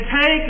take